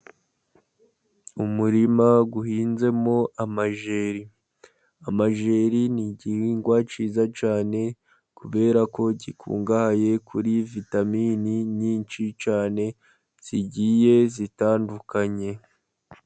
Umurima uhinzemo amajeri, amajeri ni igihingwa cyiza cyane kuberako gikungahaye kuri vitamini nyinshi cyane zigiye zitandukanye.